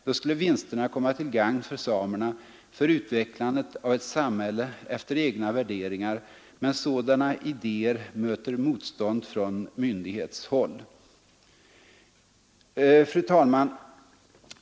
Då skulle vinsterna komma till gagn för samerna, för utvecklandet av ett samhälle efter egna värderingar. Men sådana idéer möter motstånd från myndighetshåll.” Herr talman!